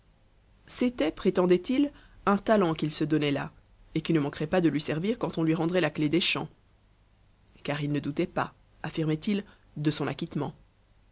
c'était prétendait-il un talent qu'il se donnait là et qui ne manquerait pas de lui servir quand on lui rendrait la clef des champs car il ne doutait pas affirmait il de son acquittement